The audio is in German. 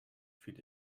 fiel